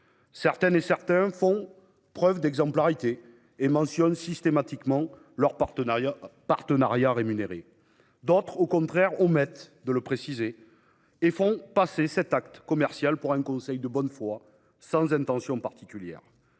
Certains de ses acteurs font preuve d'exemplarité et mentionnent systématiquement leurs partenariats rémunérés ; d'autres, au contraire, omettent de le préciser et font passer cet acte commercial pour un conseil de bonne foi sans intention particulière.